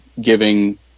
giving